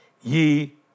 ye